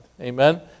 Amen